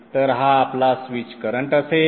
तर हा आपला स्विच करंट असेल